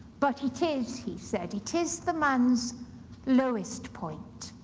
but it is, he said, it is the man's lowest point.